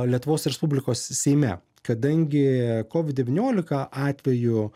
lietuvos respublikos seime kadangi kovid devyniolika atveju